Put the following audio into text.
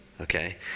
okay